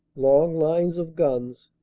long lines of guns,